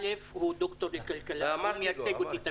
א', הוא ד"ר לכלכלה, והוא מייצג אותי תמיד.